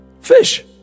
Fish